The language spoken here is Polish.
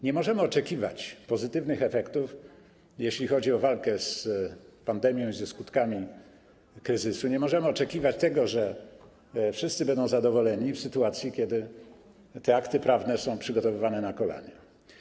Nie możemy oczekiwać pozytywnych efektów, jeśli chodzi o walkę z pandemią i skutkami kryzysu, nie możemy oczekiwać tego, że wszyscy będą zadowoleni w sytuacji, kiedy te akty prawne są przygotowywane na kolanie.